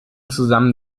zusammen